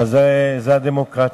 אבל זו הדמוקרטיה,